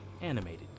animated